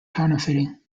counterfeiting